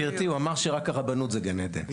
גברתי, הוא אמר שרק הרבנות זה גן עדן.